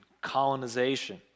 colonization